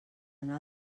anar